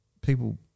people